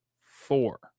four